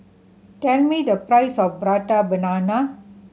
tell me the price of Prata Banana